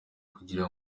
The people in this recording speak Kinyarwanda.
kugira